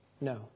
no